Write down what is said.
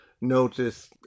notice